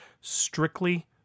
Strictly